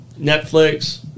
Netflix